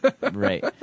Right